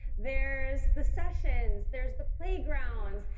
there's the sessions, there's the playgrounds,